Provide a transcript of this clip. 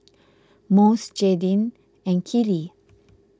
Mose Jadyn and Keely